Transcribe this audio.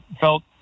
felt